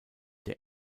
der